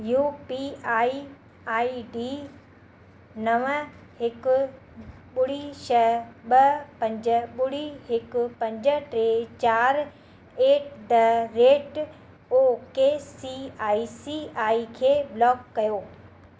U P I I D नव हिकु ॿुड़ी छह ॿ पंज ॿुड़ी हिकु पंज टे चारि at the rate O K C I C I खे ब्लॉक कयो